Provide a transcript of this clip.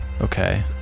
okay